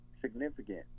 significant